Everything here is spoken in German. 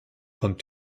von